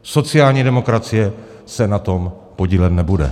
Sociální demokracie se na tom podílet nebude.